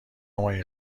ماهی